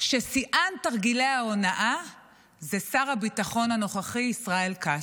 ששיאן תרגילי ההונאה הוא שר הביטחון הנוכחי ישראל כץ.